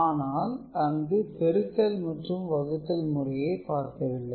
ஆனால் அங்கு பெருக்கல் மற்றும் வகுத்தல் முறையை பார்க்கவில்லை